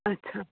अच्छा